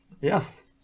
Yes